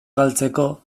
galtzeko